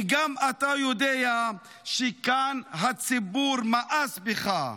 כי גם אתה יודע שכאן הציבור מאס בך,